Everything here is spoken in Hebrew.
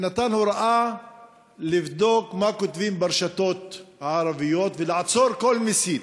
נתן הוראה לבדוק מה כותבים ברשתות הערביות ולעצור כל מסית.